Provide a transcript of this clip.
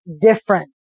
different